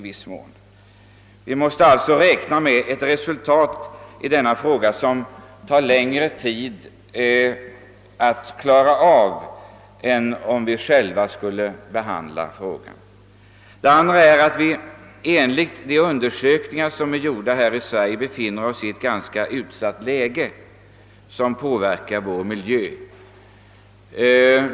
Vi måste därför räkna med att resultaten av våra miljövårdsåtgärder kommer att dröja längre tid än om vi ensamma skulle behandla frågorna. jet Det andra skälet har varit att Vi'enligt gjorda undersökningar befinner oss i ett ganska utsatt läge, som inver kar på vår miljö här i landet.